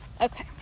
Okay